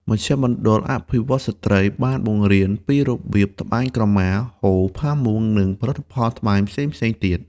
មជ្ឈមណ្ឌលអភិវឌ្ឍន៍ស្ត្រី បានបង្រៀនពីរបៀបត្បាញក្រមា ហូល ផាមួង និងផលិតផលត្បាញផ្សេងៗទៀត។